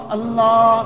Allah